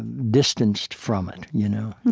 and distanced from it you know